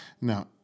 now